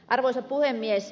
arvoisa puhemies